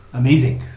amazing